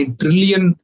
trillion